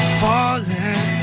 falling